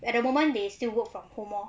at the moment they still work from home lor